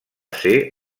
ser